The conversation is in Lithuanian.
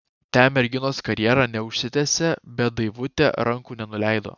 ten merginos karjera neužsitęsė bet daivutė rankų nenuleido